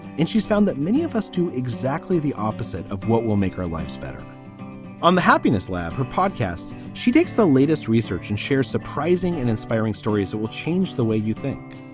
and she's found that many of us do exactly the opposite of what will make our lives better on the happiness lab. her podcast. she takes the latest research and shares surprising and inspiring stories that will change the way you think.